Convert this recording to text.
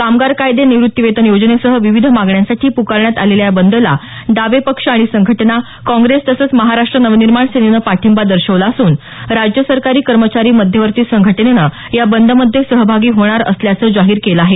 कामगार कायदे निवृत्तीवेतन योजनेसह विविध मागण्यांसाठी पुकारण्यात आलेल्या या बंदला डावे पक्ष आणि संघटना काँप्रेस तसंच महाराष्ट्र नवनिर्माण सेनेनं पाठिंबा दर्शवला असून राज्य सरकारी कर्मचारी मध्यवर्ती संघटनेनं या बंदमध्ये सहभागी होणार असल्याचं जाहीर केलं आहे